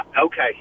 okay